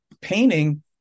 painting